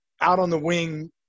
out-on-the-wing